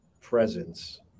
presence